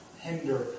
hinder